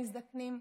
המזדקנים,